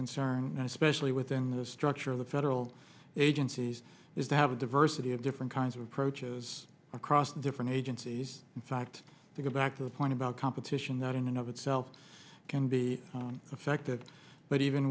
concern especially within the structure of the federal agencies is to have a diversity of different kinds of approaches across different agencies in fact because back to the point about competition that in and of itself can be affected but even